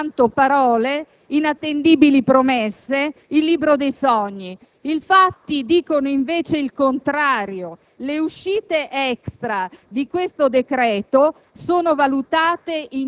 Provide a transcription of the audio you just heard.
queste restano soltanto parole, inattendibili promesse, il libro dei sogni. I fatti dicono invece il contrario. Le uscite extra di questo decreto